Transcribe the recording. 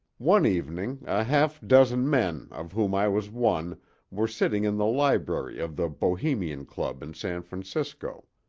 one evening a half-dozen men of whom i was one were sitting in the library of the bohemian club in san francisco.